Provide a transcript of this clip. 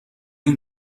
اون